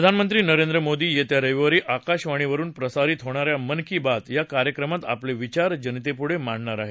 प्रधानमंत्री नरेंद्र मोदी येत्या रविवारी आकाशवाणीवरुन प्रसारित होणा या मन की बात या कार्यक्रमात आपले विचार जनतेपुढं मांडणार आहेत